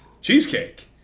cheesecake